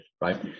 Right